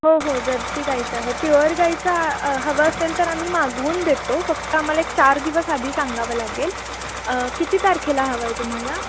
हो हो जर्सी गाईचं आहे प्युअर गाईचा हवं असेल तर आम्ही मागवून देतो फक्त आम्हाला एक चार दिवस आधी सांगावं लागेल किती तारखेला हवं आहे तुम्हाला